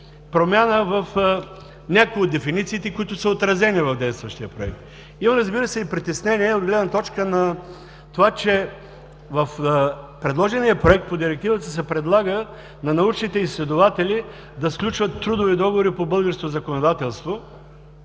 промяна в някои от дефинициите, които са отразени в действащия проект. Има, разбира се, и притеснения от гледна точка на това, че в предложения проект по Директивата се предлага на научните изследователи да сключват трудови договори по българското законодателство,